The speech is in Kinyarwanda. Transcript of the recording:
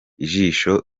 ijisho